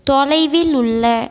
தொலைவில் உள்ள